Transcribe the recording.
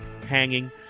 hanging